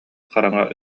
хараҥа